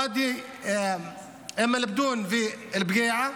ואדי אום אל-בדון ואל-בקיעה,